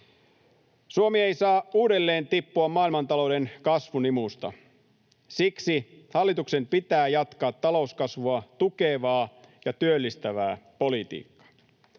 Suomi ei saa uudelleen tippua maailmantalouden kasvun imusta. Siksi hallituksen pitää jatkaa talouskasvua tukevaa ja työllistävää politiikkaa.